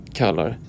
kallar